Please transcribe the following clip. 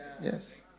Yes